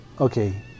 Okay